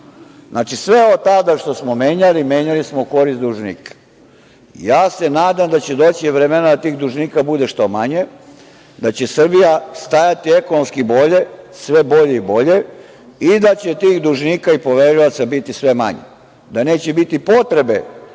Znači, sve od tada što smo menjali, menjali smo u korist dužnika. Nadam se da će doći vreme da tih dužnika bude što manje, da će Srbija stajati ekonomski bolje, sve bolje i bolje i da će tih dužnika i poverilaca biti sve manje, da neće biti potrebe